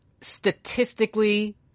statistically